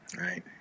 Right